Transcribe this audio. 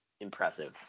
impressive